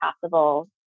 possible